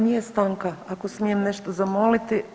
Ne, nije stanka, ako smijem nešto zamoliti.